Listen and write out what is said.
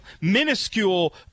minuscule